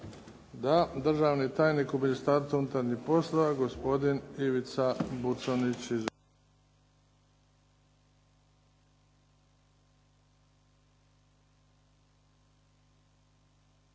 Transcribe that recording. Da. Državni tajnik u Ministarstvu unutarnjih poslova, gospodin Ivica Buconjić.